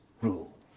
rule